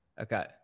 okay